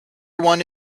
one